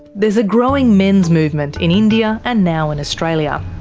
there's a growing men's movement in india, and now in australia.